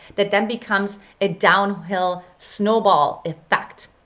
that then becomes a downhill snowball effect,